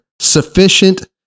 sufficient